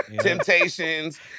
Temptations